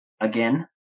again